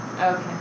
Okay